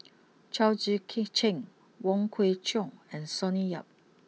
Chao Tzee Cheng Wong Kwei Cheong and Sonny Yap